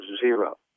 zero